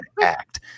act